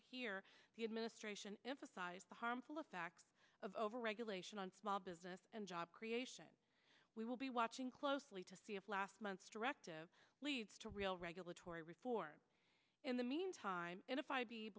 to hear the administration emphasize the harmful effects of overregulation on small business and job creation we will be watching closely to see if last month's directive leads to real regulatory reform in the meantime